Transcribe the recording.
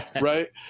right